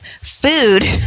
food